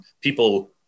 people